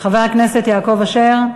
חבר הכנסת יעקב אשר,